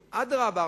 אדרבה,